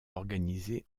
organisés